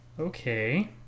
Okay